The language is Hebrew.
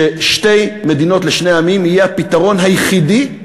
ששתי מדינות לשני עמים יהיה הפתרון היחידי,